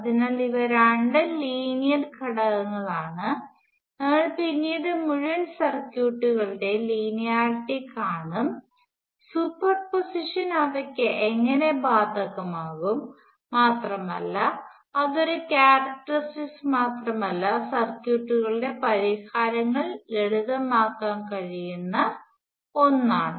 അതിനാൽ ഇവ രണ്ടും ലീനിയർ ഘടകങ്ങളാണ് നമ്മൾ പിന്നീട് മുഴുവൻ സർക്യൂട്ടുകളുടെയും ലീനിയറിറ്റി കാണുംസൂപ്പർപോസിഷൻ അവയ്ക്ക് എങ്ങനെ ബാധകമാകും മാത്രമല്ല അത് ഒരു ക്യാരക്ടറിസ്റ്റിക്സ് മാത്രമല്ല സർക്യൂട്ടുകളുടെ പരിഹാരങ്ങൾ ലളിതമാക്കാൻ കഴിയുന്ന ഒന്നാണ്